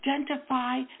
identify